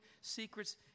secrets